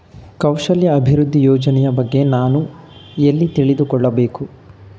ಕೌಶಲ್ಯ ಅಭಿವೃದ್ಧಿ ಯೋಜನೆಯ ಬಗ್ಗೆ ನಾನು ಎಲ್ಲಿ ತಿಳಿದುಕೊಳ್ಳಬೇಕು?